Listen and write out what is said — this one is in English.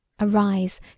Arise